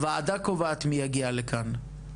הוועדה קובעת מי יגיע לכאן,